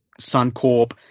Suncorp